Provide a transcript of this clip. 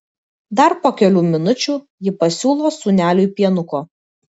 dar po kelių minučių ji pasiūlo sūneliui pienuko